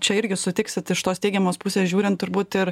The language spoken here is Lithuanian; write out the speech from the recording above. čia irgi sutiksit iš tos teigiamos pusės žiūrint turbūt ir